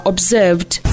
Observed